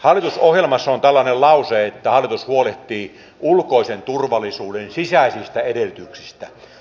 hallitusohjelmassa on tällainen lause että hallitus huolehtii ulkoisen turvallisuuden sisäisistä edellytyksistä